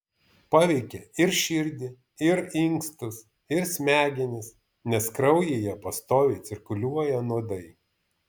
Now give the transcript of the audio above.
paveikia ir širdį ir inkstus ir smegenis nes kraujyje pastoviai cirkuliuoja nuodai